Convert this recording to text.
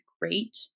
great